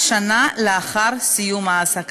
שלוש דקות